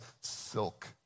silk